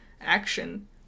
action